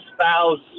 spouse